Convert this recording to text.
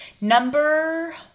Number